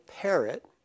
parrot